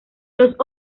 los